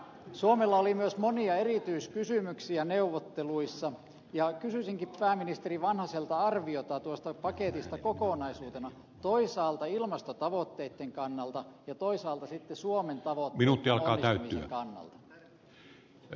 suomella oli myös monia erityiskysymyksiä neuvotteluissa ja kysyisinkin pääministeri vanhaselta arviota tuosta paketista kokonaisuutena toisaalta ilmastotavoitteitten kannalta ja toisaalta sitten suomen tavoittelemien ohjelmien kannalta